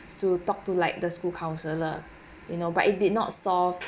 to talk to like the school counselor you know but it did not solved